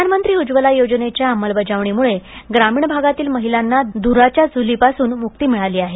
प्रधानमंत्री उज्ज्वला योजनेच्या अंमलबजावणीमुळे ग्रामीण भागातील महिलांना धुराच्या चुलींपासून मुक्ती मिळाली आहे